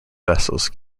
vessels